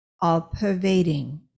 all-pervading